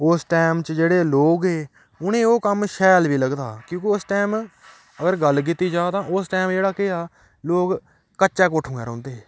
उस टैम च जेह्ड़े लोक हे उ'नेंगी ओह् कम्म शैल बी लगदा हा क्योंकि उस टैम अगर गल्ल कीती जा तां उस टैम जेह्ड़ा केह् हा लोग कच्चै कोठुआ रौंहदे हे